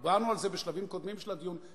דיברנו על זה בשלבים קודמים של הדיון,